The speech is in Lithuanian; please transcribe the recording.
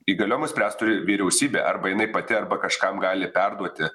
įgaliojimus spręst turi vyriausybė arba jinai pati arba kažkam gali perduoti